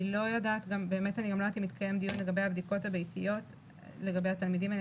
אני לא יודעת אם התקיים דיון לגבי הבדיקות הביתיות לגבי התלמידים האלה,